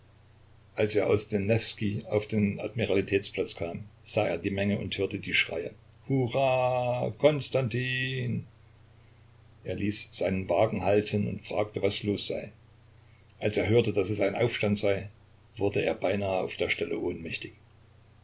als er aus dem newskij auf den admiralitätsplatz kam sah er die menge und hörte die schreie hurra konstantin er ließ seinen wagen halten und fragte was los sei als er hörte daß es ein aufstand sei wurde er beinahe auf der stelle ohnmächtig